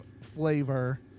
flavor